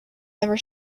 ever